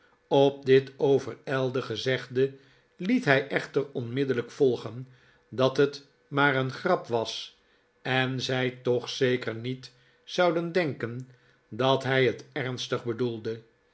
op dit overijlde gezegde liet hij echter onmiddellijk volgen dat het maar een grap was en zij toch zeker niet zouden denken dat hij net ernstig bedoelde